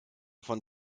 von